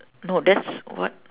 no that's what